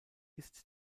ist